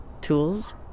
tools